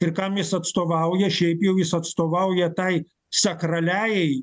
ir kam jis atstovauja šiaip jau jis atstovauja tai sakraliajai